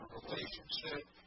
relationship